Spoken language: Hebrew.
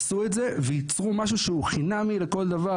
עשו את זה וייצרו משהו שהוא חינמי לכל דבר.